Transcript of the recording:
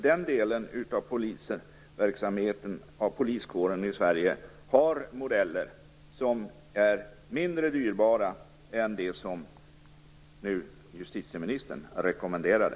Den delen av poliskåren i Sverige har kanske modeller som är mindre dyrbara än de som justitieministern rekommenderade.